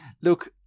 Look